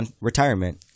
retirement